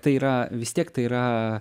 tai yra vis tiek tai yra